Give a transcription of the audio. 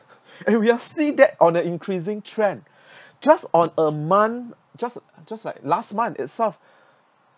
and we are see that on the increasing trend just on a month just just like last month itself